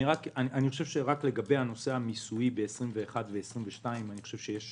רק בעניין המיסוי בשנת 2021 ו-2022, לדעתי, יש